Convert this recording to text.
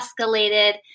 escalated